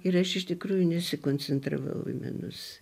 ir aš iš tikrųjų nesikoncentravau į menus